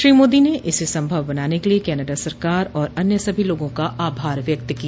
श्री मोदी ने इसे संभव बनाने के लिए कनाडा सरकार और अन्य सभी लोगों का आभार व्यक्त किया